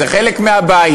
זה חלק מהבעיה.